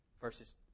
Verses